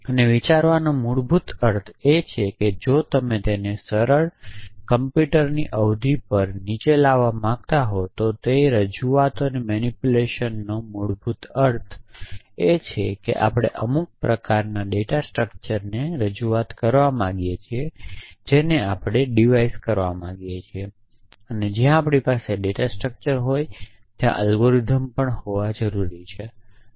અને વિચારવાનો મૂળભૂત અર્થ એ છે કે જો તમે તેને સરળ કમ્પ્યુટરની અવધિ પર નીચે લાવવા માંગતા હો તો તે રજૂઆતોની મેનીપુલેશનનો મૂળભૂત અર્થ એ છે કે આપણે અમુક પ્રકારના ડેટા સ્ટ્રક્ચર્સની રજૂઆત કરવા માંગીએ છીએ જેને આપણે ડિવાઇસ કરવા માગીએ છીએ અને જ્યાં આપણી પાસે ડેટા સ્ટ્રક્ચર્સ હોય ત્યાં અલ્ગોરિધમ્સ પણ હોવું જરૂરી છે